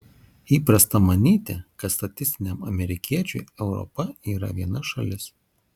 įprasta manyti kad statistiniam amerikiečiui europa yra viena šalis